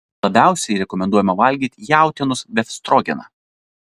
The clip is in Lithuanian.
labiausiai rekomenduojama valgyti jautienos befstrogeną